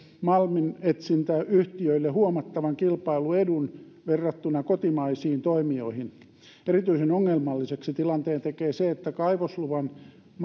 malminetsintäyhtiöille huomattavan kilpailuedun verrattuna kotimaisiin toimijoihin erityisen ongelmalliseksi tilanteen tekee se että kaivosluvan